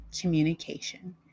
communication